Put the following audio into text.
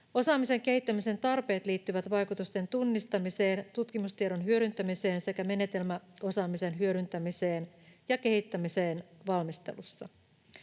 Osaamisen kehittämisen tarpeet liittyvät vaikutusten tunnistamiseen, tutkimustiedon hyödyntämiseen sekä menetelmäosaamisen hyödyntämiseen ja kehittämiseen valmistelussa.